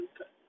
okay